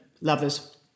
lovers